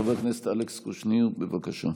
חבר הכנסת אלכס קושניר, בבקשה.